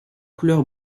couleur